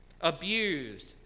abused